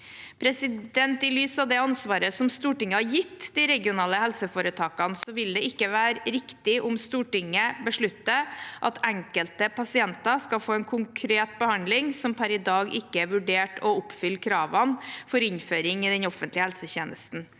pasienter. I lys av det ansvaret som Stortinget har gitt de regionale helseforetakene, vil det ikke være riktig om Stortinget beslutter at enkelte pasienter skal få en konkret behandling som per i dag ikke er vurdert å oppfylle kravene for innføring i den offentlige helsetjenesten.